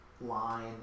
line